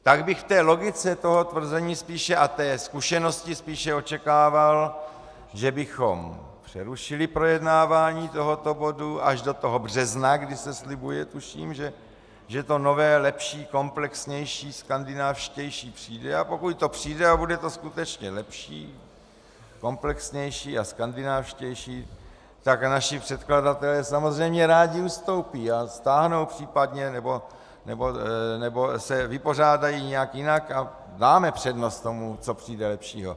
Tak bych v té logice toho tvrzení spíše a té zkušenosti spíše očekával, že bychom přerušili projednávání tohoto bodu až do toho března, kdy se, tuším, slibuje, že to nové, lepší, komplexnější, skandinávštější přijde, a pokud to přijde a bude to skutečně lepší, komplexnější a skandinávštější, tak naši předkladatelé samozřejmě rádi ustoupí a případně stáhnou nebo se vypořádají nějak jinak a dáme přednost tomu, co přijde lepšího.